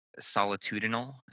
solitudinal